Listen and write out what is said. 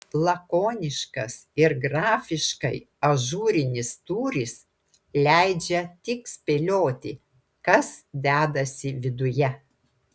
lakoniškas ir grafiškai ažūrinis tūris leidžia tik spėlioti kas dedasi viduje